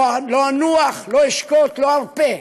לא אנוח, לא אשקוט, לא ארפה,